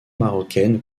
marocaine